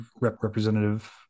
representative